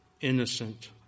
innocent